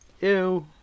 Ew